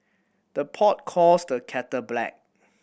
the pot calls the kettle black